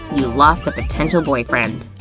you lost a potential boyfriend.